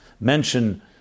mention